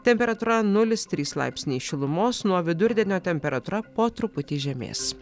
temperatūra nulis trys laipsniai šilumos nuo vidurdienio temperatūra po truputį žemės